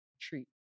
treat